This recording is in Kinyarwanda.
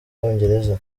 abongereza